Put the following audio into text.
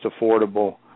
affordable